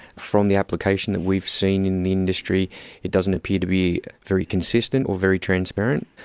from the application that we've seen in the industry it doesn't appear to be very consistent or very transparent.